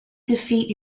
defeat